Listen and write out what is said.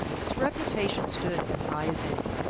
its reputation stood as high as any,